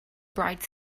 bright